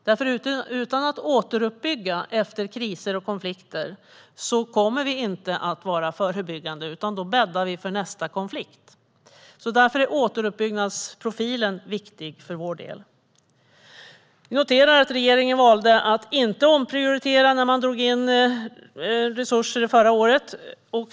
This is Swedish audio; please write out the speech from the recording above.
Utan att vi återuppbygger efter kriser och konflikter kommer vi inte att vara förebyggande, utan då bäddar vi för nästa konflikt. Därför är återuppbyggnadsprofilen viktig för vår del. Jag noterar att regeringen valde att inte omprioritera när man drog in resurser förra året.